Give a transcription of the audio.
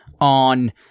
on